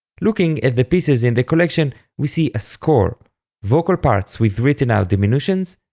looking at the pieces in the collection, we see a score vocal parts with written-out diminutions,